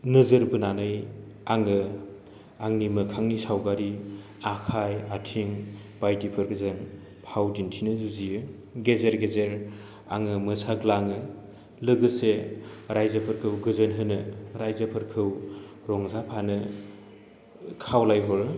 नोजोर बोनानै आङो आंनि मोखांनि सावगारि आखाय आथिं बायदिफोरजों फाव दिन्थिनो जुजियो गेजेर गेजेर आङो मोसाग्लाङो लोगोसे राज्योफोरखौ गोजोनहोनो राज्योफोरखौ रंजाफानो खावलायहरो